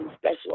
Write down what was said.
special